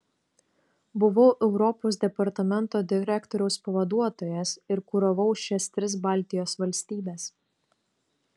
buvau europos departamento direktoriaus pavaduotojas ir kuravau šias tris baltijos valstybes